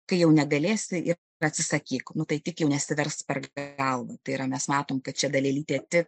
kai jau negalėsi ir atsisakyk nu tai tik jau nesiversk per galvą tai yra mes matom kad čia dalelytė tik